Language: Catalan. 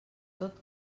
tot